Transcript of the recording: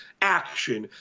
action